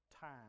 Time